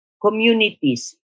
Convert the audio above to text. communities